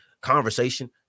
conversation